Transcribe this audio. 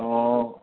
অঁ